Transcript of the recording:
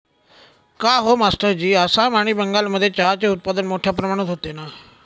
काहो मास्टरजी आसाम आणि बंगालमध्ये चहाचे उत्पादन मोठया प्रमाणात होते ना